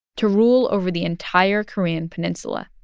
to rule over the entire korean peninsula,